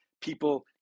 people